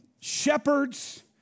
shepherds